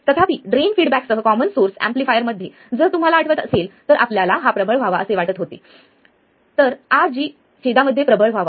तथापि ड्रेन फीडबॅकसह common source एम्पलीफायरमध्ये जर तुम्हाला आठवत असेल तर आपल्याला हा प्रबळ व्हावा असे हवे होते तर RG छेदा मध्ये प्रबळ व्हावा